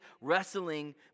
wrestling